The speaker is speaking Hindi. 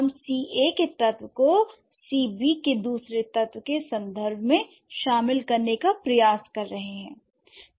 हम C a k तत्व को C b के दूसरे तत्व के संदर्भ में शामिल करने का प्रयास कर रहे हैं